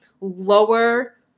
lower